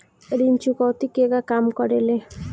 ऋण चुकौती केगा काम करेले?